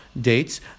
dates